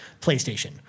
PlayStation